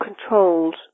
controlled